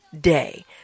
day